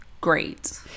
great